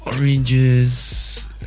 oranges